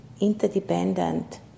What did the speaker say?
interdependent